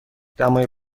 دمای